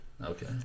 okay